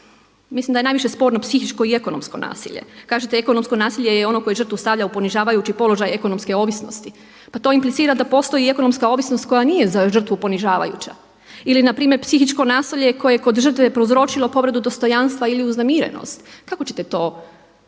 mislim da je najviše sporno psihičko i ekonomsko nasilje. Kažete ekonomsko nasilje je ono koje žrtvu stavlja u ponižavajući položaj ekonomske ovisnosti. Pa to implicira da postoji i ekonomska ovisnost koja nije za žrtvu ponižavajuća ili na primjer psihičko nasilje koje je kod žrtve prouzročilo povredu dostojanstva ili uznemirenost. Kako ćete to?